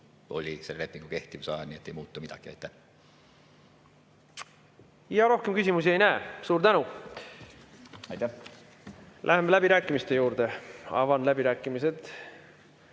oli selle lepingu kehtivuse ajal. Nii et ei muutu midagi. Rohkem küsimusi ei näe. Suur tänu! Läheme läbirääkimiste juurde. Avan läbirääkimised.